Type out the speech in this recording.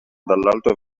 dall’alto